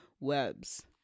webs